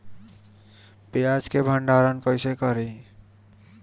प्याज के भंडारन कईसे करी?